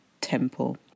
temple